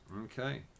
Okay